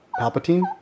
Palpatine